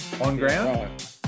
On-ground